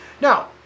Now